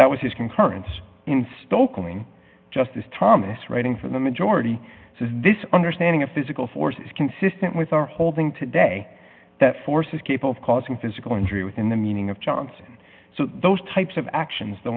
that was his concurrence install calling justice thomas writing for the majority says this understanding of physical force is consistent with our holding today that forces keep of causing physical injury within the meaning of johnson so those types of actions the